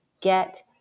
get